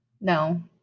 No